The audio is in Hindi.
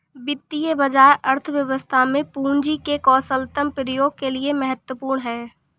वित्तीय बाजार अर्थव्यवस्था में पूंजी के कुशलतम प्रयोग के लिए महत्वपूर्ण है